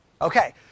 Okay